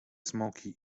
smoki